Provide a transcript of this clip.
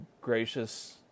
gracious